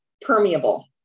permeable